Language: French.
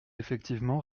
effectivement